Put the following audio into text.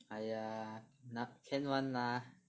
!aiya! nah can [one] lah